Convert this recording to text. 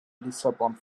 lissabon